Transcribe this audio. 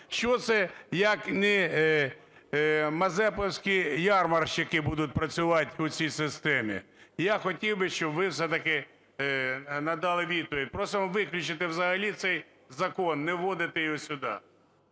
Що це як не мазепинські ярмарщики будуть працювати у цій системі? Я хотів би, щоб ви все-таки надали відповідь. Просимо виключити взагалі цей закон, не вводити його сюди.